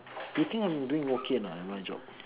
you think I'm doing okay or not at my job